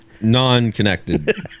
non-connected